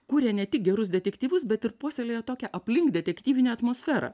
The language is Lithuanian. kuria ne tik gerus detektyvus bet ir puoselėja tokią aplink detektyvinę atmosferą